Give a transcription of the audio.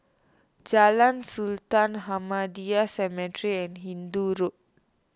Jalan Sultan Ahmadiyya Cemetery and Hindoo Road